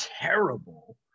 terrible